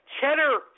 cheddar